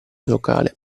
locale